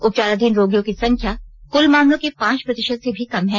उपचाराधीन रोगियों की संख्या कुल मामलों के पांच प्रतिशत से भी कम है